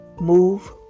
move